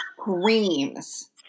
screams